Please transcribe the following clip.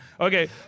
Okay